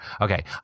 Okay